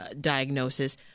diagnosis